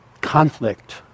conflict